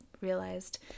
realized